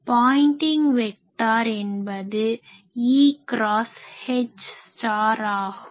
pointing vector என்பது E cross H ஆகும்